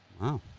Wow